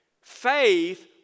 faith